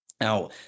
Now